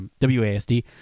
WASD